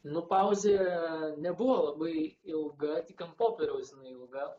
nu pauzė nebuvo labai ilga tik ant popieriaus jinai ilga